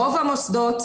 רוב המוסדות,